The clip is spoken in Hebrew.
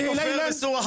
אתה כופר בסורה 5?